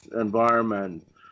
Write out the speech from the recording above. Environment